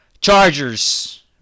Chargers